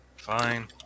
Fine